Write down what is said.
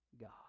God